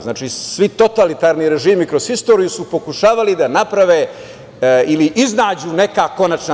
Znači, svi totalitarni režimi kroz istoriju su pokušavali da naprave ili iznađu neka konačna